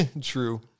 true